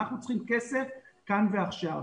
אנחנו צריכים כסף כאן ועכשיו.